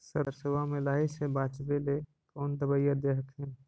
सरसोबा मे लाहि से बाचबे ले कौन दबइया दे हखिन?